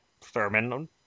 Thurman